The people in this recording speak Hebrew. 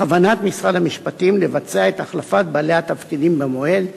בכוונת משרד המשפטים לבצע את החלפת בעלי התפקידים במועד,